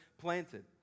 planted